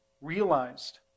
realized